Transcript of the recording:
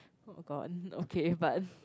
oh-god okay but